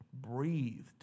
breathed